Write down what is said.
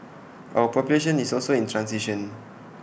our population is also in transition